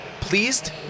pleased